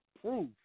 proof